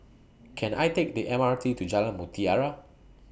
Can I Take The M R T to Jalan Mutiyara